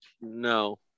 No